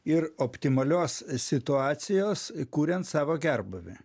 ir optimalios situacijos kuriant savo gerbūvį